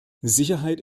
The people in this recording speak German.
sicherheit